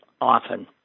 Often